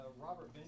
Robert